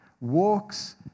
walks